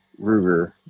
ruger